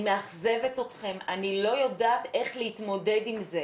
אני מאכזבת אתכם, אני לא יודעת איך להתמודד עם זה.